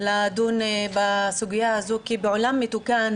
לדון בסוגיה הזו כי בעולם מתוקן